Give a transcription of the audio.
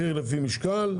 מחיר לפי משקל,